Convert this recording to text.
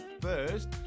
first